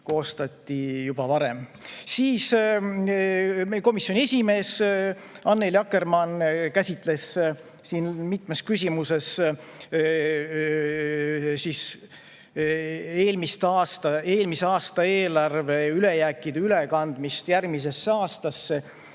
koostati juba varem. Meie komisjoni esimees Annely Akkermann käsitles mitmes küsimuses eelmise aasta eelarve ülejäägi ülekandmist järgmisesse aastasse: